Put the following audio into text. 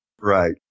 Right